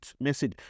message